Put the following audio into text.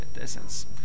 essence